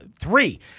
three